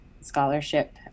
scholarship